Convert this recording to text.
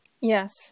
Yes